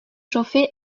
chauffée